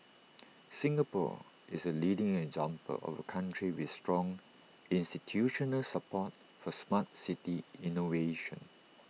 Singapore is A leading example of A country with strong institutional support for Smart City innovation